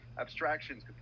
abstractions